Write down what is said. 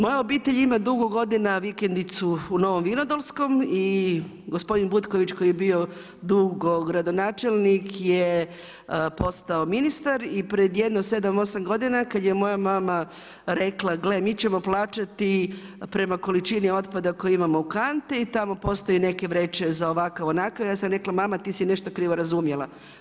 Moja obitelj ima dugo godina vikendicu u Novom Vinodolskom i gospodin Butković koji je bio dugo gradonačelnik je postao ministar i pred jedno 7, 8 godina kada je moja mama rekla, gdje mi ćemo plaćati prema količini otpada koji imamo u kanti i tamo postoje neke vreće za ovakav, onakav, ja sam rekla mama ti si nešto krivo razumjela.